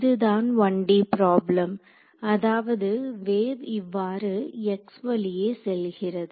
இதுதான் 1D problem அதாவது wave இவ்வாறு x வழியே செல்கிறது